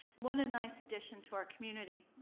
what a nice addition to our community.